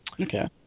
Okay